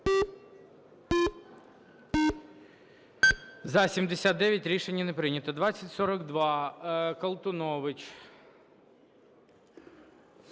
За-79 Рішення не прийнято. 2042. Колтунович.